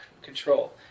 control